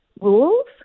rules